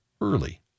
early